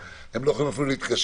הם לא יכולים אפילו להתקשר,